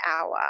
hour